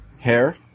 hair